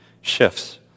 shifts